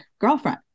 girlfriend